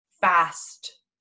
fast